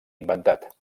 inventat